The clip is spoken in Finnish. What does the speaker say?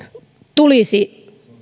tulisi